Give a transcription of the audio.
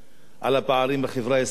על הפערים בחברה הישראלית?